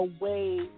away